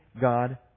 God